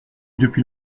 depuis